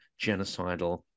genocidal